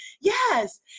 yes